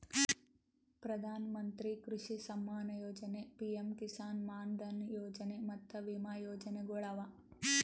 ಪ್ರಧಾನ ಮಂತ್ರಿ ಕೃಷಿ ಸಮ್ಮಾನ ಯೊಜನೆ, ಪಿಎಂ ಕಿಸಾನ್ ಮಾನ್ ಧನ್ ಯೊಜನೆ ಮತ್ತ ವಿಮಾ ಯೋಜನೆಗೊಳ್ ಅವಾ